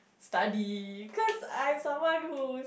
study cause I'm someone who